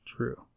True